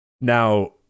Now